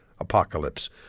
apocalypse